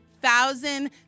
thousand